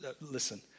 listen